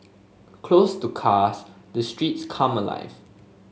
closed to cars the streets come alive